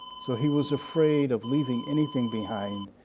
so, he was afraid of leaving anything behind,